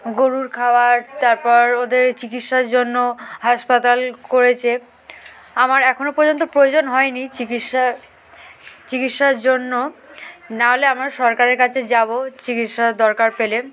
গরুর খাবার তারপর ওদের চিকিৎসার জন্য হাসপাতাল করেছে আমার এখনও পর্যন্ত প্রয়োজন হয়নি চিকিৎসা চিকিৎসার জন্য নাহলে আমরা সরকারের কাছে যাব চিকিৎসার দরকার পেলে